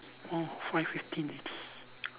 oh five fifteen already